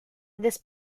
this